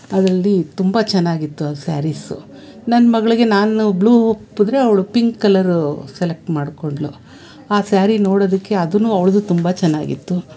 ಅದರಲ್ಲಿ ತುಂಬ ಚೆನ್ನಾಗಿತ್ತು ಆ ಸ್ಯಾರಿಸು ನನ್ನ ಮಗಳಿಗೆ ನಾನು ಬ್ಲೂ ಒಪ್ಪಿದ್ರೆ ಅವಳು ಪಿಂಕ್ ಕಲರು ಸೆಲೆಕ್ಟ್ ಮಾಡ್ಕೊಂಡ್ಳು ಆ ಸ್ಯಾರಿ ನೋಡೋದಕ್ಕೆ ಅದೂ ಅವ್ಳದ್ದೂ ತುಂಬ ಚೆನ್ನಾಗಿತ್ತು